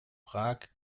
prag